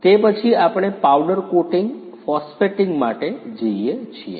તે પછી આપણે પાવડર કોટિંગ - ફોસ્ફેટિંગ માટે જઈએ છીએ